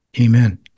Amen